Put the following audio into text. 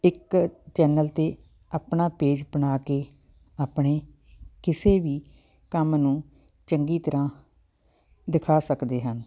ਇੱਕ ਚੈਨਲ 'ਤੇ ਆਪਣਾ ਪੇਜ ਬਣਾ ਕੇ ਆਪਣੇ ਕਿਸੇ ਵੀ ਕੰਮ ਨੂੰ ਚੰਗੀ ਤਰ੍ਹਾਂ ਦਿਖਾ ਸਕਦੇ ਹਨ